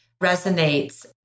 resonates